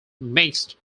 mixed